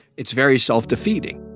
it's very self-defeating